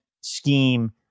scheme